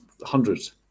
hundreds